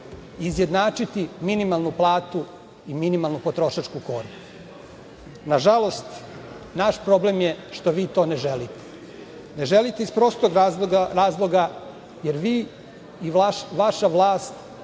i izjednačiti minimalnu platu i minimalnu potrošačku korpu. Nažalost, naš problem je što vi to ne želite. Ne želite iz prostog razloga jer vi i vaša vlast